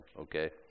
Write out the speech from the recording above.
okay